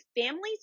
Families